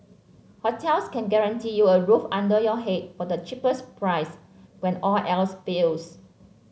hostels can guarantee you a roof under your head for the cheapest price when all else fails